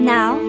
Now